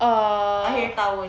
err